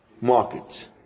market